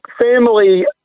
family